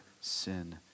sin